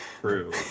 true